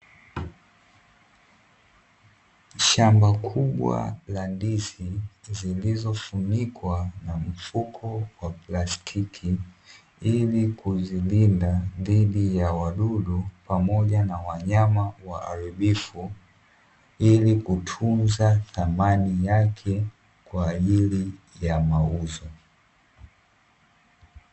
Shamba kubwa la ndizi zilizofunikwa na mfuko wa plastiki, ili kuzilinda dhidi ya wadudu pamoja na wanyama waharibifu ili kutunza thamani yake kwa ajili ya mauzo.